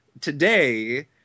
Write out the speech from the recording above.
today